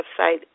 website